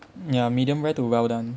ya medium rare to well done